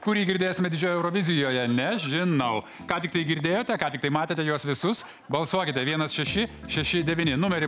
kurį girdėsime didžiojoje eurovizijoje nežinau ką tik girdėjote ką matėte juos visus balsuokite vienas šeši šeši devyni numerį